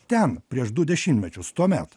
ten prieš du dešimtmečius tuomet